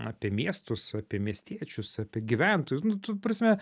apie miestus apie miestiečius apie gyventojus nu tu prasme